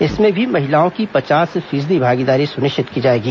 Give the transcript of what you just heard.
इसमें भी महिलाओं की पचास फीसदी भागीदारी सुनिश्चित की जाएगी